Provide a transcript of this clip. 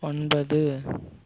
ஒன்பது